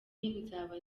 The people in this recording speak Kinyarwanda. nzaba